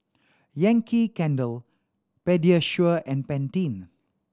Yankee Candle Pediasure and Pantene